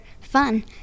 fun